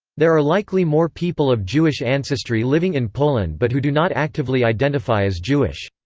there are likely more people of jewish ancestry living in poland but who do not actively identify as jewish.